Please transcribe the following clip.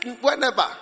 whenever